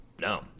No